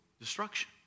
destruction